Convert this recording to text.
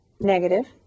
negative